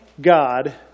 God